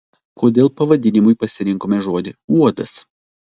kodėl pavadinimui pasirinkome žodį uodas